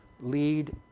lead